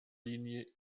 linie